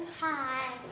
Hi